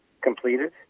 completed